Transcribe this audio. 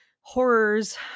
horrors